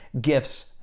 gifts